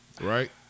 Right